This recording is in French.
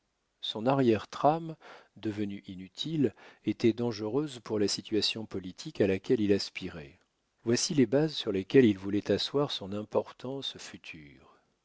son arrière trame devenue inutile était dangereuse pour la situation politique à laquelle il aspirait voici les bases sur lesquelles il voulait asseoir son importance future